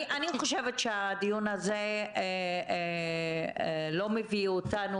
אני חושבת שהדיון הזה לא מביא אותנו,